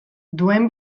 duen